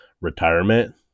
retirement